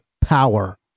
power